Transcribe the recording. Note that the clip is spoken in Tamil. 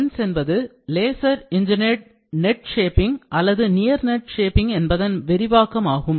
LENS என்பது Laser Engineered Net Shaping அல்லது near net shaping என்பதன் விரிவாக்கம் ஆகும்